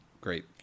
great